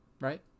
right